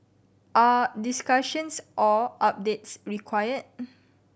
are discussions or updates requir